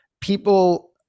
people